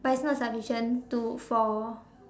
but it's not sufficient to for